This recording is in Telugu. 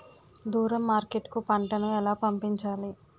దూరం మార్కెట్ కు పంట ను ఎలా పంపించాలి?